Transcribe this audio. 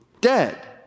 dead